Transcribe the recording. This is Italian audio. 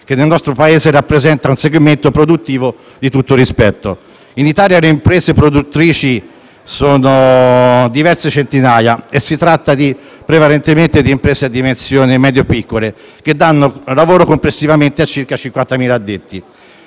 che nel nostro Paese rappresenta un segmento produttivo di tutto rispetto. In Italia le imprese produttrici sono diverse centinaia e si tratta prevalentemente di imprese di dimensioni medio-piccole, che danno lavoro complessivamente a circa 50.000 addetti.